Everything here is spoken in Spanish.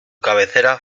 cabecera